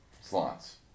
slots